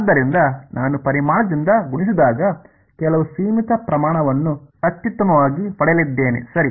ಆದ್ದರಿಂದ ನಾನು ಪರಿಮಾಣದಿಂದ ಗುಣಿಸಿದಾಗ ಕೆಲವು ಸೀಮಿತ ಪ್ರಮಾಣವನ್ನು ಅತ್ಯುತ್ತಮವಾಗಿ ಪಡೆಯಲಿದ್ದೇನೆ ಸರಿ